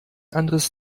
anderes